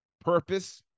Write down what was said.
purpose